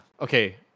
okay